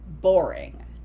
boring